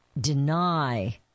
deny